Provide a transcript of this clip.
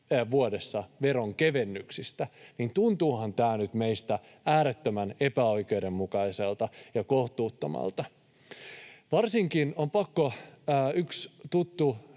eurojen veronkevennyksistä vuodessa. Tuntuuhan tämä nyt meistä äärettömän epäoikeudenmukaiselta ja kohtuuttomalta. Varsinkin on pakko... Yksi tuttu